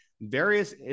various